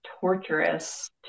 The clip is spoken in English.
torturous